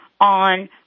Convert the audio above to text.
on